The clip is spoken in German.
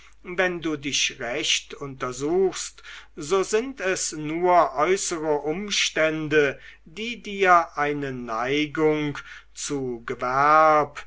wenn du dich recht untersuchst so sind es nur äußere umstände die dir eine neigung zu gewerb